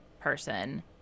person